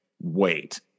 wait